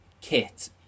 kit